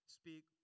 speak